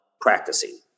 practicing